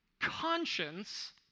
conscience